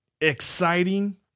exciting